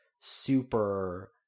super